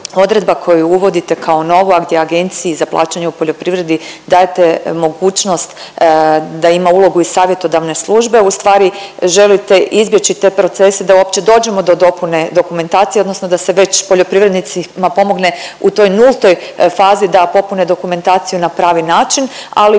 odredba koju uvodite kao novu, a gdje Agenciji za plaćanje u poljoprivredi dajete mogućnost da ima ulogu i savjetodavne službe ustvari želite izbjeći te procese da uopće dođemo do dopune dokumentacije odnosno da se već poljoprivrednicima pomogne u toj nultoj fazi da popune dokumentaciju na pravi način, ali